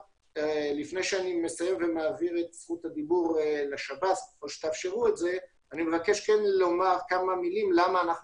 לפני סיום אני מבקש לומר כמה מילים למה אנחנו